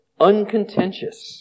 uncontentious